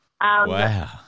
Wow